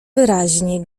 wyraźnie